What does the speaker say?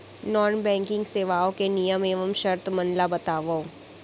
non banking सेवाओं के नियम एवं शर्त मन ला बतावव